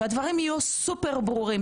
שהדברים יהיו סופר ברורים.